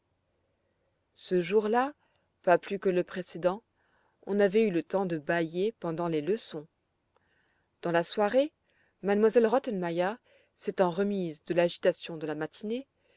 ce jour-là pas plus que le précèdent on n'avait eu le temps de baîller pendant les leçons dans la soirée m elle rottenmeier s'étant remise de l'agitation de la matinée